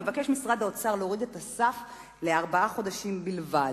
מבקש משרד האוצר להוריד את הסף לארבעה חודשים בלבד.